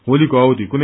होलीको अवधि कुन